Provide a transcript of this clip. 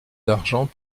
d’argent